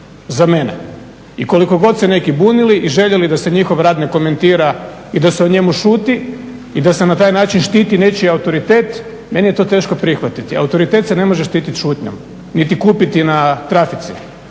za mene. I koliko god se neki bunili i željeli da se njihov rad ne komentira i da se o njemu šuti i da se na taj način štiti nečiji autoritet meni je to teško prihvatiti. Autoritet se ne može štititi šutnjom niti kupiti na trafici,